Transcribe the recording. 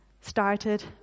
started